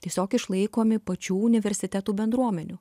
tiesiog išlaikomi pačių universitetų bendruomenių